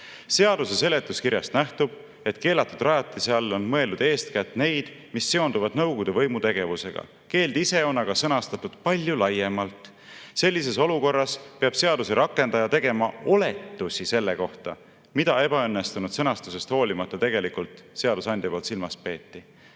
"Seaduse seletuskirjast nähtub, et keelatud rajatiste all on mõeldud eeskätt neid, mis seonduvad Nõukogude võimu tegevusega. "Keeld ise on aga sõnastatud palju laiemalt. Sellises olukorras peab seaduse rakendaja tegema oletusi selle kohta, mida ebaõnnestunud sõnastusest hoolimata tegelikult silmas peeti.""